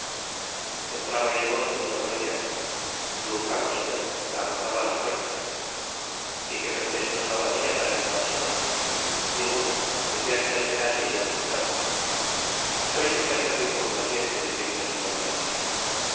entrabais vos junto con ella nunca monseñor la aguardaba á la puerta y que pretesto os daba ella para entrar sola ninguno decia que la esperase y yo la esperaba sois un marido muy complaciente mi querido señor